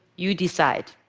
you decide.